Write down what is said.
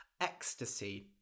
Ecstasy